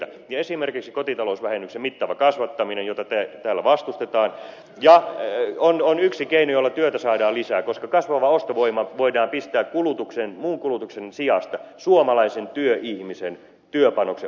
ja esimerkiksi kotitalousvähennyksen mittava kasvattaminen jota täällä vastustetaan on yksi keino jolla työtä saadaan lisää koska kasvava ostovoima voidaan pistää muun kulutuksen sijasta suomalaisen työihmisen työpanoksen ostamiseen